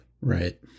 Right